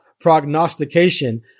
prognostication